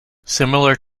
similar